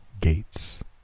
Gates